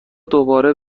دوباره